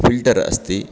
filter अस्ति